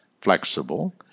flexible